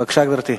בבקשה, גברתי.